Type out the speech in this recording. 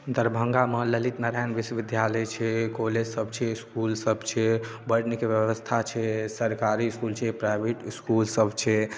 दरभंगामे ललित नारायण विश्वविद्यालय छै कॉलेजसभ छै इसकूलसभ छै बड़ नीक व्यवस्था छै सरकारी इसकूल छै प्राइवेट इसकूलसभ छै